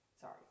sorry